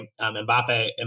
Mbappe